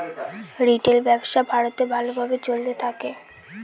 retail ব্যবসা ভারতে ভালো ভাবে চলতে থাকে